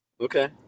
Okay